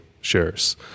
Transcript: shares